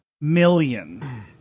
million